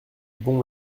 bon